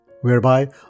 whereby